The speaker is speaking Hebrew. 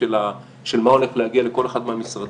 של מה הולך להגיע לכל אחד מהמשרדים,